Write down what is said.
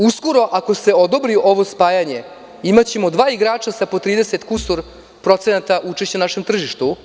Uskoro, ako se odobri ovo spajanje, imaćemo dva igrača sa po 30 i kusur procenata učešća u našem tržištu.